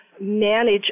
manage